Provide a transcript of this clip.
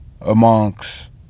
amongst